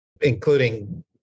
including